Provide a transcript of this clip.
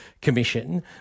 Commission